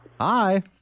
Hi